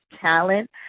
talent